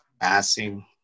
passing